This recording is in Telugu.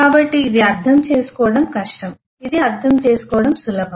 కాబట్టి ఇది అర్థం చేసుకోవడం కష్టం ఇది అర్థం చేసుకోవడం సులభం